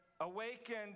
awakened